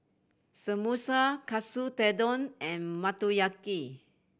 Samosa Katsu Tendon and Motoyaki